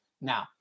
now